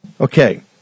Okay